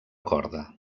corda